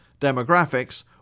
demographics